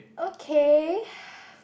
okay